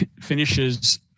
finishes